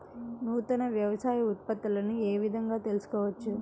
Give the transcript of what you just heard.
నూతన వ్యవసాయ ఉత్పత్తులను ఏ విధంగా తెలుసుకోవచ్చు?